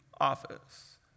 office